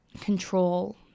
control